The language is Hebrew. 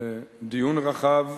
דיון רחב.